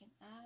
add